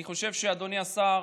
אני חושב, אדוני השר,